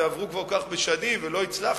ועברו כבר כל כך הרבה שנים ולא הצלחנו.